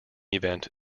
event